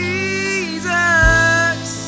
Jesus